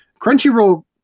Crunchyroll